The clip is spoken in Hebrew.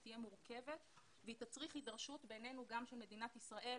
היא תהיה מורכבת והיא תצריך הידרשות גם של מדינת ישראל,